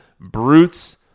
brutes